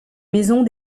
maisons